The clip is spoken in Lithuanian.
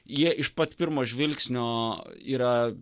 jie iš pat pirmo žvilgsnio yra